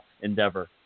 endeavor